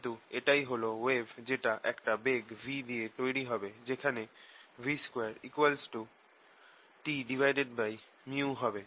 কিন্তু এটাই হল ওয়েভ যেটা একটা বেগ v দিয়ে তৈরি হবে যেখানে v2 Tµ হবে